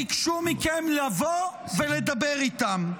ביקשו מכם לבוא ולדבר איתם.